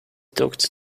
talked